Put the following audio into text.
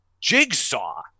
Jigsaw